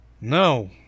No